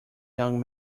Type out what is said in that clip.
young